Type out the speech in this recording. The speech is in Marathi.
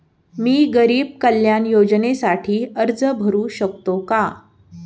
मी गरीब कल्याण योजनेसाठी अर्ज भरू शकतो का?